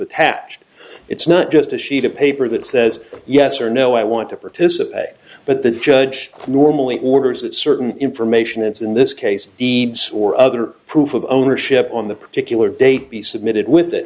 attached it's not just a sheet of paper that says yes or no i want to participate but the judge normally orders that certain information that's in this case deeds or other proof of ownership on the particular date be submitted with th